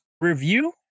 review